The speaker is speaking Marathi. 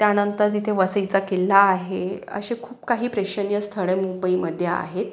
त्यानंतर तिथे वसईचा किल्ला आहे असे खूप काही प्रेक्षणीय स्थळे मुंबईमध्ये आहेत